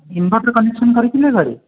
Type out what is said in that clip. inverter connection କରିଥିଲେ ଘରେ